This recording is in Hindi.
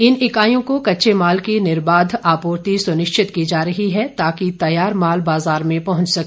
इन इकाइयों को कच्चे माल की निर्बाध आपूर्ति सुनिश्चित की जा रही है ताकि तैयार माल बाजार में पहुंच सके